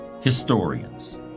historians